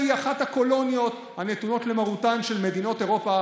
היא אחת הקולוניות הנתונות למרותן של מדינות אירופה,